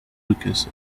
lucas